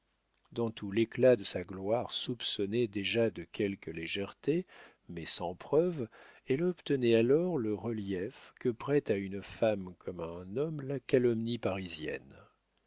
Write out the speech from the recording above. dans tout l'éclat de sa gloire soupçonnée déjà de quelques légèretés mais sans preuve elle obtenait alors le relief que prête à une femme comme à un homme la calomnie parisienne